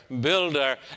builder